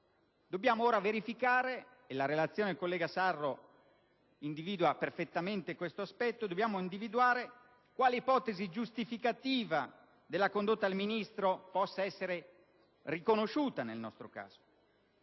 Dobbiamo ora verificare ed individuare - la relazione del collega Sarro individua perfettamente questo aspetto - quale ipotesi giustificativa della condotta del Ministro possa essere riconosciuta nel nostro caso.